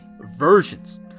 versions